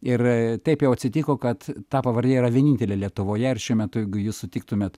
ir taip jau atsitiko kad ta pavardė yra vienintelė lietuvoje ir šiuo metu jeigu jūs sutiktumėt